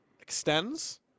Extends